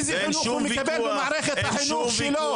איזה חינוך נער הגבעות מקבל במערכת החינוך שלו?